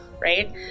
right